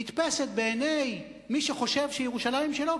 נתפסת בעיני מי שחושב שירושלים שלו,